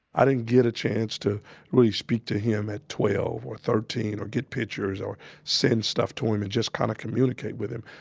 i didn't get a chance to really speak to him at twelve or thirteen, or get pictures, or send stuff to him and just kind of communicate with him.